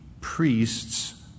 priests